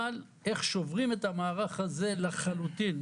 אבל איך שוברים את המערך הזה לחלוטין.